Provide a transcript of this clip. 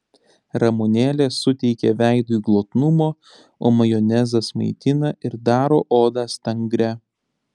ramunėlės suteikia veidui glotnumo o majonezas maitina ir daro odą stangrią